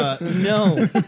no